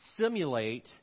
simulate